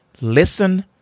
listen